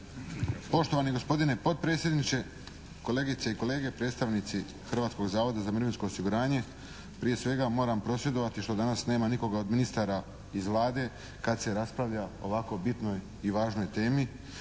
Poštovani gospodine potpredsjedniče, kolegice i kolege, predstavnici Hrvatskog zavoda za mirovinsko osiguranje! Prije svega, moram prosvjedovati što danas nema nikoga od ministara iz Vlade kad se raspravlja o ovako bitnoj i važnoj temi